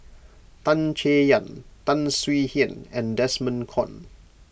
Tan Chay Yan Tan Swie Hian and Desmond Kon